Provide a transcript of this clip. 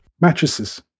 mattresses